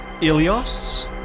Ilios